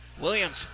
Williams